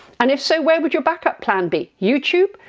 and if so, where would your backup plan be? youtube?